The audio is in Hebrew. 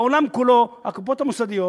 בעולם כולו הקופות המוסדיות